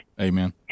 Amen